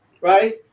Right